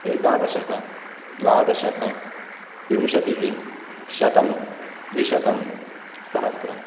एकादशः द्वादशः विंशतिः शतम् द्विशतम् सहस्रम्